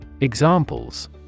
Examples